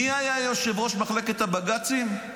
מי היה יושב-ראש מחלקת הבג"צים?